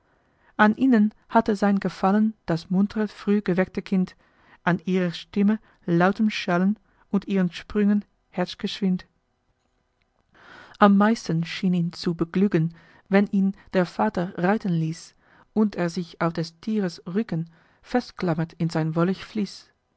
an ihnen hatte sein gefallen das muntre früh geweckte kind an ihrer stimme lautem schallen und ihren sprüngen hetzgeschwind am meisten schien ihn zu beglücken wenn ihn der vater reiten ließ und er sich auf des thieres rücken festklammert in sein